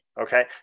Okay